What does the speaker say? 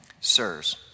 Sirs